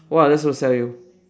what are they supposed to sell you